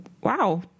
wow